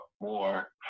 more